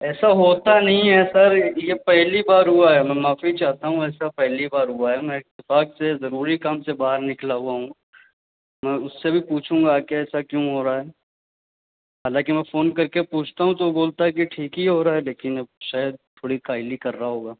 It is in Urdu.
ایسا ہوتا نہیں ہے سر یہ پہلی بار ہوا ہے میں معافی چاہتا ہوں ایسا پہلی بار ہوا ہے میں اتفاق سے ضروری کام سے باہر نکلا ہوا ہوں میں اس سے بھی پوچھوں گا کہ ایسا کیوں ہو رہا ہے حالانکہ میں فون کر کے پوچھتا ہوں تو وہ بولتا ہے کہ ٹھیک ہی ہو رہا ہے لیکن اب شاید تھوڑی کاہلی کر رہا ہوگا